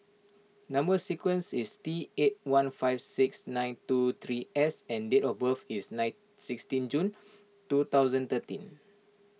Number Sequence is T eight one five six nine two three S and date of birth is nine sixteen June two thousand thirteen